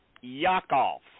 Yakov